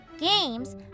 games